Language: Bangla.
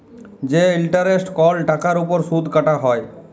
যে ইলটারেস্ট কল টাকার উপর সুদ কাটা হ্যয়